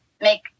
make